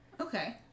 Okay